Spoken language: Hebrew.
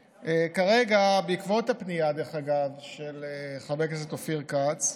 כרגע, בעקבות הפנייה של חבר הכנסת אופיר כץ,